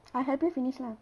I help you finish lah